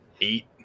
eight